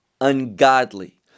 ungodly